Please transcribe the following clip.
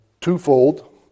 twofold